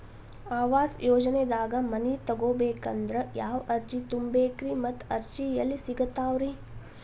ಆವಾಸ ಯೋಜನೆದಾಗ ಮನಿ ತೊಗೋಬೇಕಂದ್ರ ಯಾವ ಅರ್ಜಿ ತುಂಬೇಕ್ರಿ ಮತ್ತ ಅರ್ಜಿ ಎಲ್ಲಿ ಸಿಗತಾವ್ರಿ?